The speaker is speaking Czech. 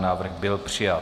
Návrh byl přijat.